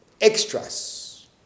extras